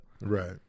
Right